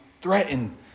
threatened